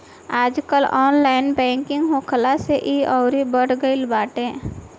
आजकल online banking होखला से इ अउरी बढ़ गईल बाटे